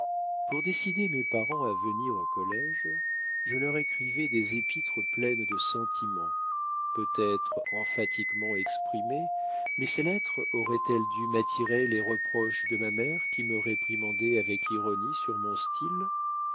pour décider mes parents à venir au collége je leur écrivais des épîtres pleines de sentiments peut-être emphatiquement exprimés mais ces lettres auraient-elles dû m'attirer les reproches de ma mère qui me réprimandait avec ironie sur mon style